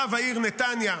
רב העיר נתניה,